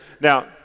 Now